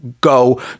Go